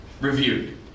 reviewed